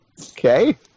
okay